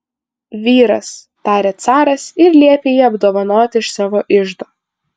vyras tarė caras ir liepė jį apdovanoti iš savo iždo